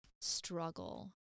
struggle